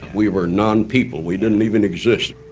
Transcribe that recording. we were non-people. we didn't even exist.